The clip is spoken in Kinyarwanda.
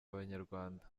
abanyarwanda